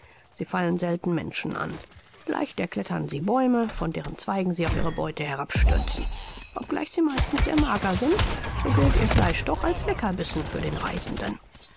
sie fallen selten menschen an leicht erklettern sie bäume von deren zweigen sie auf ihre beute herabstürzen obgleich sie meistens sehr mager sind so gilt ihr fleisch doch als leckerbissen für den reisenden